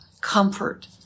comfort